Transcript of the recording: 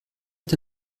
est